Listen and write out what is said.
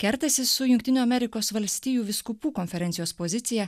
kertasi su jungtinių amerikos valstijų vyskupų konferencijos pozicija